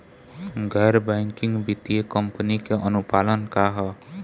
गैर बैंकिंग वित्तीय कंपनी के अनुपालन का ह?